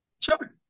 Sure